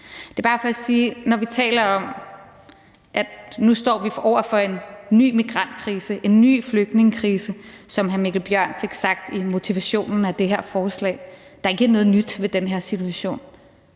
når vi taler om, at vi nu står over for en ny migrantkrise, en ny flygtningekrise, som hr. Mikkel Bjørn fik sagt i begrundelsen for det her forslag, at der ikke er noget nyt ved den her situation.